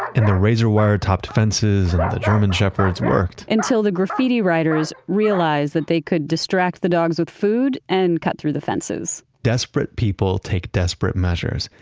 and the razor wire topped fences, and the german shepherds worked. until the graffiti writers realized that they could distract the dogs with food and cut through the fences desperate people take desperate measures,